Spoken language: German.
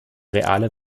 reale